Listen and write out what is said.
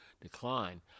decline